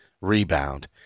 rebound